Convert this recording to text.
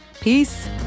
Peace